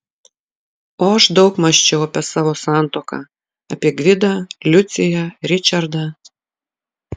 o aš daug mąsčiau apie savo santuoką apie gvidą liuciją ričardą